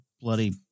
bloody